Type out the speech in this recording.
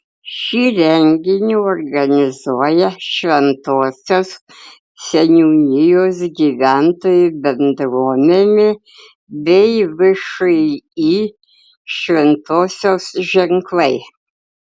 šį renginį organizuoja šventosios seniūnijos gyventojų bendruomenė bei všį šventosios ženklai